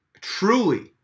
Truly